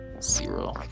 zero